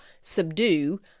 subdue